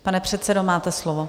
Pane předsedo, máte slovo.